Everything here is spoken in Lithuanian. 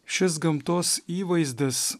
šis gamtos įvaizdis